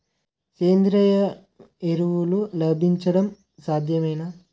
సేంద్రీయ ఎరువులు లభించడం సాధ్యమేనా?